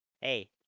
Hey